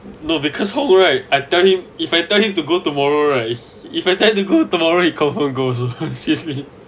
no because whole right I tell him if I tell him to go tomorrow right if I tell him to go tomorrow he confirm goes also seriously